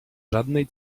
żadnej